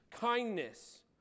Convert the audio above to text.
Kindness